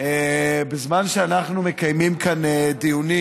בזמן שאנחנו מקיימים כאן דיונים,